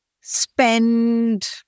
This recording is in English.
Spend